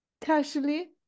casually